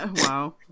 Wow